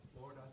Lord